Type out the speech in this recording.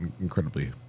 incredibly